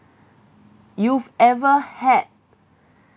you've ever had